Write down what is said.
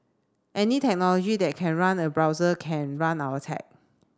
any technology that can run a browser can run our tech